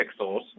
Pixels